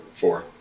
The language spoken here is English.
four